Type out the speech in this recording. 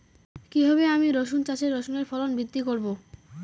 কীভাবে আমি রসুন চাষে রসুনের ফলন বৃদ্ধি করব?